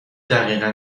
دقیقا